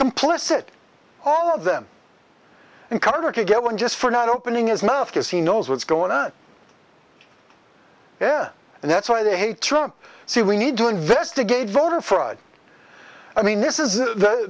complicit all of them and carter could get one just for not opening his mouth cause he knows what's going on yeah and that's why they hate term so we need to investigate voter fraud i mean this is the